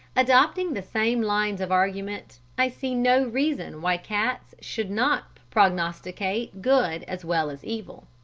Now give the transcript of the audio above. adopting the same lines of argument, i see no reason why cats should not prognosticate good as well as evil.